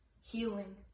healing